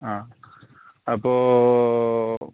ആ അപ്പോൾ